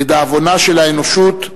לדאבונה של האנושות,